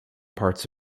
parts